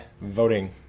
voting